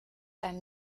einem